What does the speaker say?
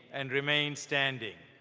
and remain standing.